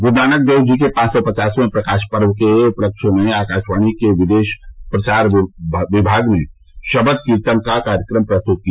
गुरूनानक देव जी के पांच सौ पचासवें प्रकाश पर्व के उपलक्ष्य में आकाशवाणी के विदेश प्रसारण प्रभाग ने शबद कीर्तन का कार्यक्रम प्रस्तुत किया